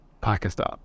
Pakistan